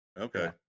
Okay